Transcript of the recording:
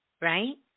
right